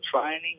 training